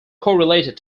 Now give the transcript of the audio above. correlated